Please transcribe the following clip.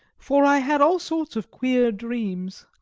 for i had all sorts of queer dreams.